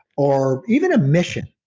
or even a mission,